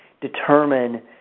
determine